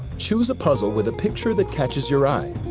choose a puzzle with a picture that catches your eye.